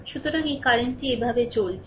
সুতরাং এই কারেন্টটি এভাবে চলেছে